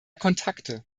kontakte